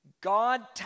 God